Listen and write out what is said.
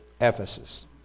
Ephesus